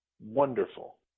wonderful